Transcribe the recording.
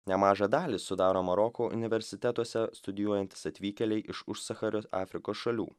nemažą dalį sudaro maroko universitetuose studijuojantys atvykėliai iš už sachario afrikos šalių